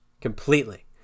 completely